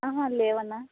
అహ లేవన్నా